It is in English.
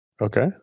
Okay